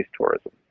tourism